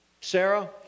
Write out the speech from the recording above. Sarah